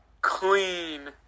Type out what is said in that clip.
Clean